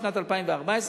ובשנת 2014,